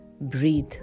Breathe